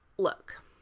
look